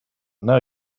now